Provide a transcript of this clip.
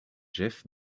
jeff